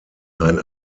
ein